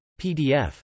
PDF